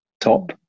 top